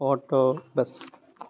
auto bus